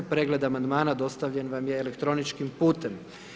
Pregled Amandmana dostavljen vam je elektroničkim putem.